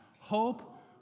Hope